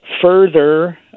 further